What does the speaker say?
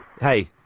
Hey